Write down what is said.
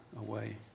away